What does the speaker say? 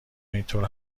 اینطور